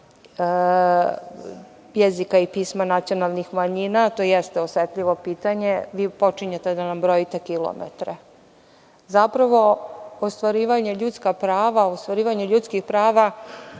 jezika i pisma nacionalnih manjina, to jeste osetljivo pitanje, vi počinjete da nam brojite kilometre. Zapravo, ostvarivanje ljudskih prava nikada nije jeftino.